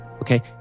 Okay